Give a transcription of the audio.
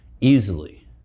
easily